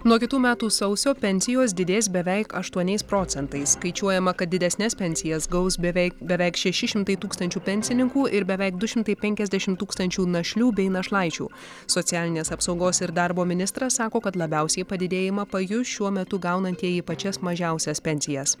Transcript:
nuo kitų metų sausio pensijos didės beveik aštuoniais procentais skaičiuojama kad didesnes pensijas gaus beveik beveik šeši šimtai tūkstančių pensininkų ir beveik du šimtai penkiasdešim tūkstančių našlių bei našlaičių socialinės apsaugos ir darbo ministras sako kad labiausiai padidėjimą pajus šiuo metu gaunantieji pačias mažiausias pensijas